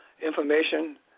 information